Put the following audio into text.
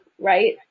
Right